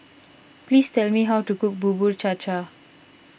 please tell me how to cook Bubur Cha Cha